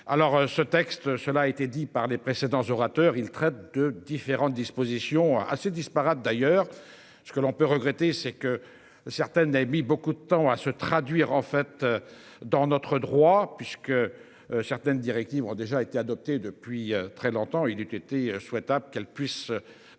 Alors ce texte. Cela a été dit par les précédents orateurs il traite de différentes dispositions assez disparates d'ailleurs ce que l'on peut regretter c'est que certaines n'a mis beaucoup de temps à se traduire en fait. Dans notre droit puisque. Certaines directives ont déjà été adoptées depuis très longtemps, il eut été souhaitable qu'elle puisse être